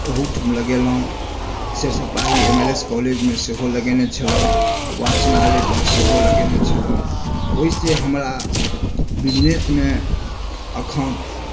ओहुठाम लगेलहुँ Sarsopahi M L S कॉलेजमे सेहो लगेने छलहुँ वाचनालय पर सेहो लगेने छलहुँ ओहिसॅं हमरा बिजनेस मे अखन